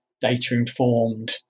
data-informed